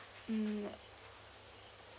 mm